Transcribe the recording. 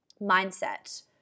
mindset